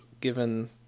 given